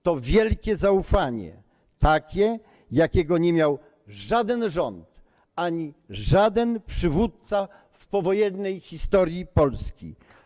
To wielkie zaufanie, takie, jakiego nie miał żaden rząd ani żaden przywódca w powojennej historii Polski.